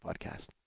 podcast